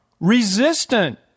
resistant